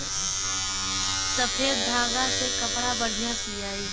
सफ़ेद धागा से कपड़ा बढ़िया सियाई